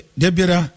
debira